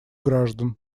граждан